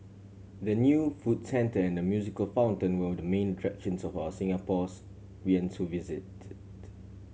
the new food centre and the musical fountain will the main for of Singapore's we and so visited